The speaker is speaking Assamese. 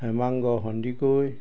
হেমাংগ সন্দিকৈ